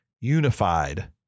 unified